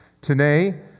Today